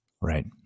Right